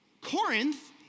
Corinth